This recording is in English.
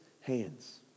hands